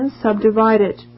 subdivided